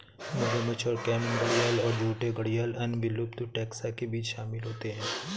मगरमच्छ और कैमन घड़ियाल और झूठे घड़ियाल अन्य विलुप्त टैक्सा के बीच शामिल होते हैं